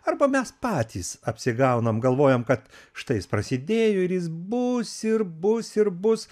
arba mes patys apsigaunam galvojam kad štai jis prasidėjo ir jis bus ir bus ir bus